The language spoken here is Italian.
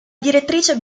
direttrice